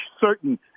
certain